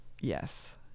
Yes